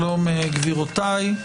שלום גבירותיי.